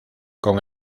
con